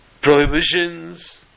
prohibitions